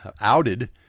outed